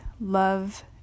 love